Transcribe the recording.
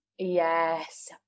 yes